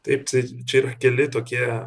taip tai čia yra keli tokie